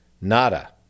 Nada